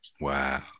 Wow